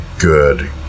good